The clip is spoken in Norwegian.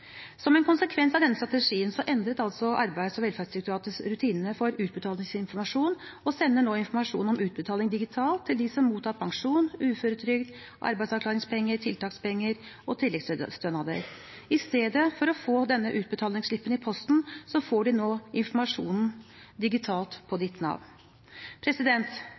Som en konsekvens av denne strategien endret Arbeids- og velferdsdirektoratet rutinene for utbetalingsinformasjon og sender nå informasjon om utbetaling digitalt til dem som mottar pensjon, uføretrygd, arbeidsavklaringspenger, tiltakspenger og tilleggsstønader. I stedet for å få denne utbetalingsslippen i posten får de nå informasjonen digitalt på Ditt Nav.